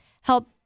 help